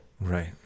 Right